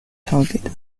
target